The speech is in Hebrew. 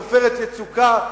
"עופרת יצוקה",